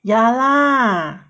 ya lah